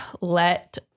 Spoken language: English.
let